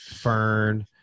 Fern